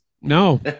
No